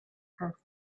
her